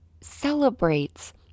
celebrates